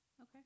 Okay